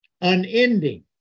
unending